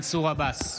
מנסור עבאס,